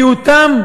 ומיעוטם,